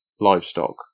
livestock